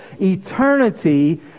eternity